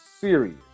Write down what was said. serious